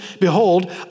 Behold